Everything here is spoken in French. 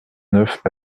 neuf